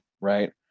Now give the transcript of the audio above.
right